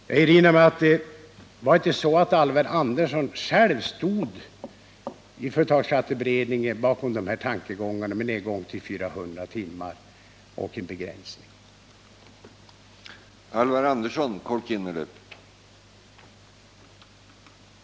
Var för resten inte Alvar Andersson i företagsskatteberedningen med på tankegångarna om minskning till 400 timmar och begränsning av överföringsmöjligheten?